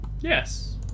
Yes